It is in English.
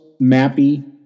Mappy